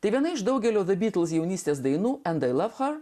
tai viena iš daugelio the beatles jaunystės dainų end ai lov her